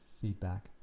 feedback